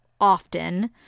often